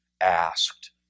asked